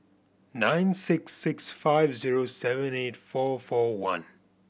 nine six six five zero seven eight four four one